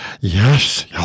Yes